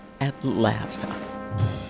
Atlanta